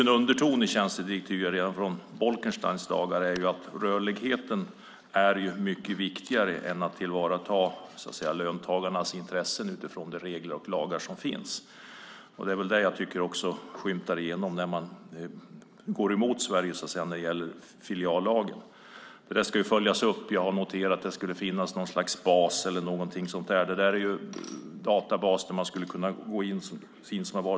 En underton i tjänstedirektivet redan från Bolkensteins dagar är att rörligheten är viktigare än att tillvarata löntagarnas intressen utifrån de regler och lagar som finns. Det skymtar igenom när man går emot Sverige beträffande filiallagen. Det här ska följas upp. Jag har noterat att det ska skapas en databas där man ska kunna gå in.